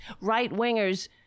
right-wingers